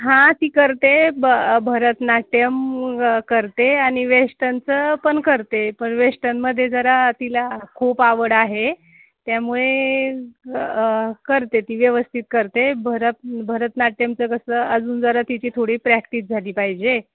हां ती करते ब भरतनाट्यम करते आणि वेस्टनचं पण करते पण वेस्टनमध्ये जरा तिला खूप आवड आहे त्यामुळे करते ती व्यवस्थित करते भरत भरतनाट्यमचं कसं अजून जरा तिची थोडी प्रॅक्टिस झाली पाहिजे